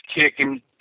kicking